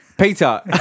Peter